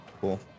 Cool